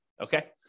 okay